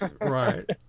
Right